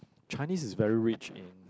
Chinese is very rich in